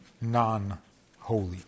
non-holy